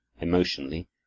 emotionally